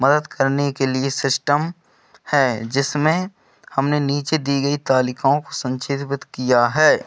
मदद करने के लिए सिस्टम है जिसमें हमने नीचे दी गई तालिकाओं को संच्छी द्वित किया है